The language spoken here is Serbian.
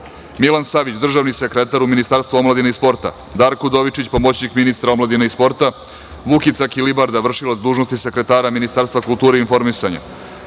Milan Savić, državni sekretar u Ministarstvu omladine i sporta, Darko Udovičić, pomoćnik ministra omladine i sporta, Vukica Kilibarda, vršilac dužnosti sekretara Ministarstva kulture i informisanja,